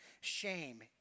Shame